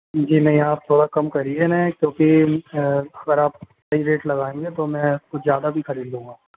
जी नहीं आप थोड़ा कम करिए ना क्योंकि अगर आप सही रेट लगाएंगे तो मैं कुछ ज़्यादा भी खरीद लूंगा